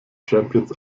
champions